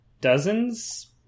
dozens